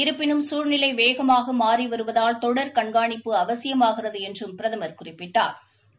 இருப்பினும் சூழ்நிலை வேகமாக மாறிவருவதால் தொடர் கண்காணிப்பு அவசியமாகிறது என்றும் பிரதம் குறிப்பிட்டா்